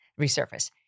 resurface